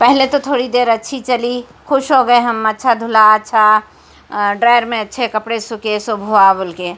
پہلے تو تھوڑی دیر اچھی چلی خوش ہو گئے ہم اچّھا دھلا اچھا ڈرایر میں اچھے کپڑے سکھے سَب ہوا بول کے